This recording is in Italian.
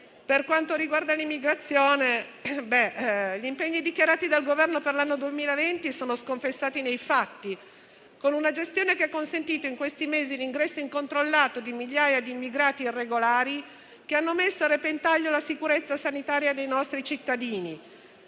Per quanto riguarda l'immigrazione, gli impegni dichiarati dal Governo per l'anno 2020 sono sconfessati nei fatti, con una gestione che ha consentito in questi mesi l'ingresso incontrollato di migliaia di immigrati irregolari che hanno messo a repentaglio la sicurezza sanitaria dei nostri cittadini.